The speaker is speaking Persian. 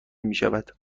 میشود